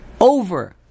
over-